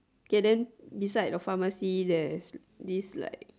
k then beside the pharmacy there's this like